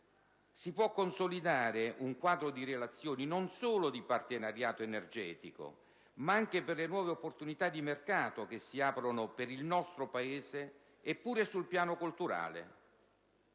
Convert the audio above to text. Si può consolidare un quadro di relazioni, non solo di partenariato energetico, ma anche per le nuove opportunità di mercato che si aprono per il nostro Paese e pure sul piano culturale.